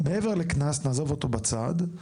מעבר לקנס שנעזוב אותו בצד,